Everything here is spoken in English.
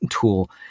tool